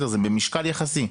זה במשקל יחסי.